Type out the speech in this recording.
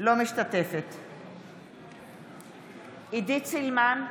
אינה משתתפת בהצבעה עידית סילמן,